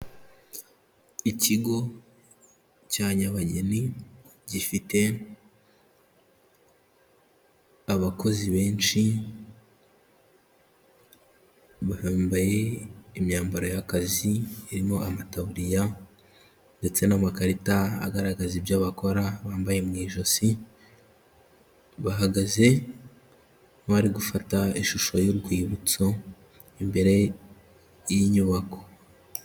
Ikigo cya Nyabageni gifite abakozi benshi, bambaye imyambaro y'akazi irimo amataburiya ndetse n'amakarita agaragaza ibyo bakora bambaye mu ijosi, bahagaze bari gufata ishusho y'urwibutso imbere y'inyubako.